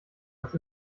als